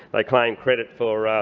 like claim credit for